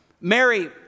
Mary